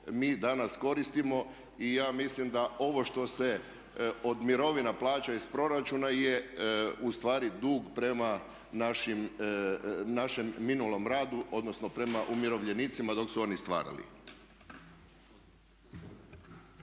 mi danas koristimo. I ja mislim da ovo što se od mirovina plaća iz proračuna je u stvari dug prema našem minulom radu odnosno prema umirovljenicama dok su oni stvarali.